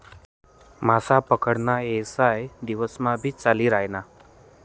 मासा पकडा ना येवसाय दिवस मा भी चाली रायना